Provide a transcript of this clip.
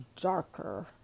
darker